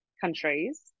countries